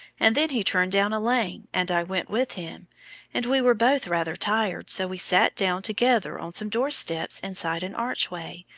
and then he turned down a lane, and i went with him and we were both rather tired, so we sat down together on some doorsteps inside an archway,